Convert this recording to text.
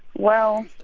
well,